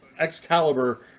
Excalibur